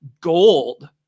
gold